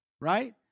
right